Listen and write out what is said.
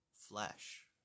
flesh